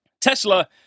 Tesla